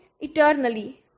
eternally